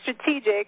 strategic